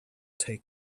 take